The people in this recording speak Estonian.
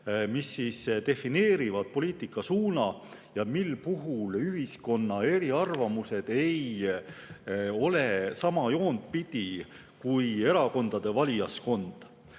mis defineerivad poliitika suuna ja mille puhul ühiskonna eriarvamused ei lähe sama joont pidi kui erakondade valijaskond.